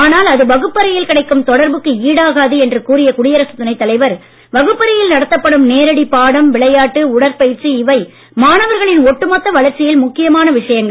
ஆனால் அது வகுப்பறையில் கிடைக்கும் தொடர்புக்கு ஈடாகாது என்று கூறிய குடியரசுத் துணைத்தலைவர் வகுப்பறையில் நடத்தப்படும் நேரடி பாடம் விளையாட்டு உடற்பயிற்சி மாணவர்களின் ஒட்டுமொத்த வளர்ச்சியில் முக்கியமான விஷயங்கள்